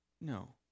No